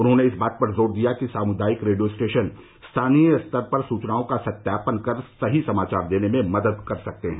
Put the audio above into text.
उन्होंने इस बात पर जोर दिया कि सामुदायिक रेडियो स्टेशन स्थानीय स्तर पर सूचनाओं का सत्यापन कर सही समाचार देने में मदद कर सकते हैं